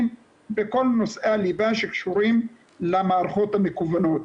בכל נושאי הליבה שקשורים למערכות המקוונות.